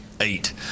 eight